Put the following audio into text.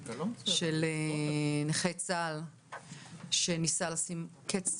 של נכה צה"ל שניסה לשים קץ לחייו.